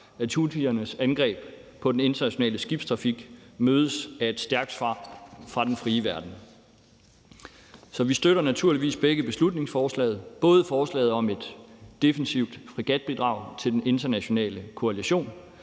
at houthiernes angreb på den internationale skibstrafik mødes af et stærkt svar fra den frie verden. Så vi støtter naturligvis begge beslutningsforslag, både forslaget om at yde et defensivt fregatbidrag til den internationale koalition,